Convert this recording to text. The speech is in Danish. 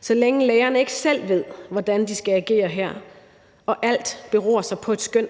så længe lægerne ikke selv ved, hvordan de skal agere her, og at alt så beror på et skøn,